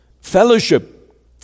Fellowship